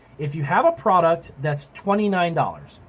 if you have a product that's twenty nine dollars,